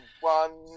one